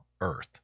earth